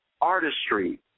artistry